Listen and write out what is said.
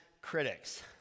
critics